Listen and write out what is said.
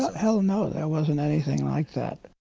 hell, no. there wasn't anything like that.